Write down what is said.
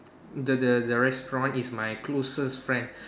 the the the restaurant is my closest friend